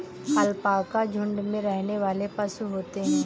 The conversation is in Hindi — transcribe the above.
अलपाका झुण्ड में रहने वाले पशु होते है